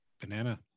Banana